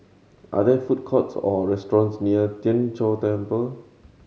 are there food courts or restaurants near Tien Chor Temple